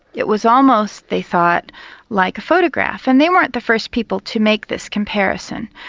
it was almost they thought like a photograph and they weren't the first people to make this comparison.